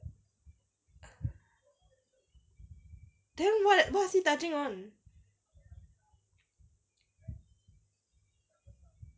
then what is he touching on